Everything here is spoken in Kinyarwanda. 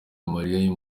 amarira